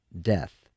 death